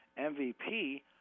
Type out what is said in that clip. MVP